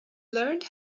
learned